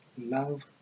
love